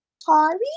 Sorry